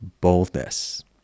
boldness